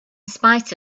spite